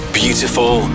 beautiful